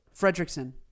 Fredrickson